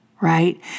right